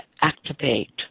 activate